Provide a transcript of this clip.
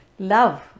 love